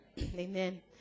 Amen